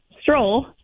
stroll